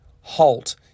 halt